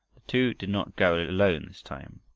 the two did not go alone this time.